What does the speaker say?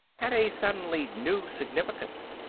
had a suddenly new significance.